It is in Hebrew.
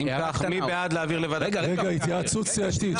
התייעצות סיעתית.